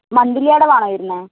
monthly അടവാണോ വരുന്നത്